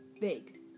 big